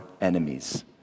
enemies